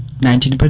nineteen but